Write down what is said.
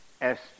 Esther